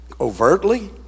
overtly